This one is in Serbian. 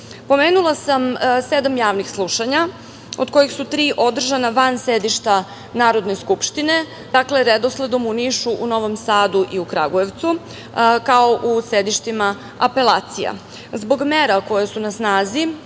sam sedam javnih slušanja, od kojih su tri održana van sedišta Narodne skupštine, dakle redosledom u Nišu, Novom Sadu i u Kragujevcu, kao u sedištima apelacija. Zbog mera koje su na snazi